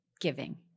giving